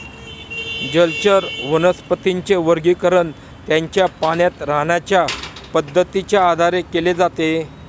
जलचर वनस्पतींचे वर्गीकरण त्यांच्या पाण्यात राहण्याच्या पद्धतीच्या आधारे केले जाते